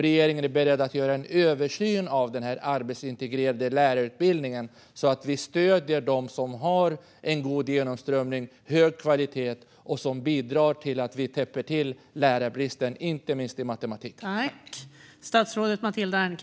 Är regeringen beredd att göra en översyn av den arbetsintegrerade lärarutbildningen för att stödja dem som har god genomströmning och hög kvalitet och som bidrar till att minska lärarbristen, inte minst i matematik?